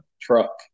truck